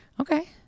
Okay